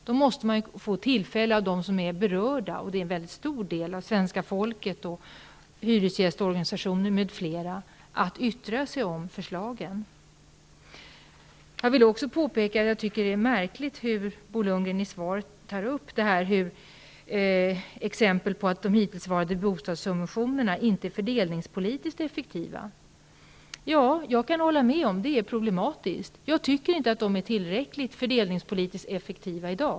Man måste ge dem som är berörda -- och det är en stor del av svenska folket, hyresgästorganisationer m.fl. -- Jag tycker också att det är märkligt att Bo Lundgren i svaret tar upp exempel på att de hittillsvarande bostadssubventionerna inte är fördelningspolitiskt effektiva. Jag kan hålla med om att det är problematiskt. De bostadssubventioner som vi har haft fram till i dag är inte tillräckligt fördelningspolitiskt effektiva.